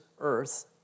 earth